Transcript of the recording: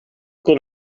kon